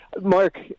Mark